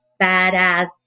badass